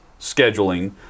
scheduling